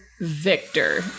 Victor